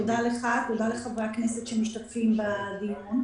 תודה לך ותודה לחברי הכנסת שמשתתפים בדיון.